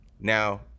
Now